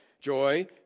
joy